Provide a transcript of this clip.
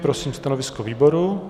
Prosím stanovisko výboru.